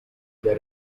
the